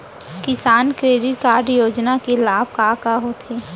किसान credit card योजना के लाभ का का होथे?